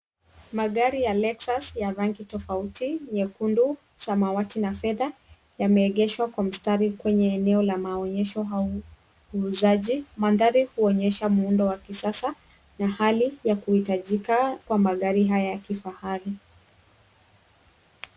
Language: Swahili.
Magari ya lexus ya rangi tofauti nyekundu, samawati na fedha yameegeshwa kwa mstari kwenye eneo la maonyesho au uuzaji, mandhari huonyesha muundo wa kisasa na hali ya kuhitajika kwa magari haya ya kifahari.